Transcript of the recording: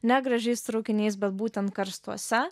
ne gražiais traukiniais bet būtent karstuose